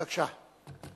בבקשה.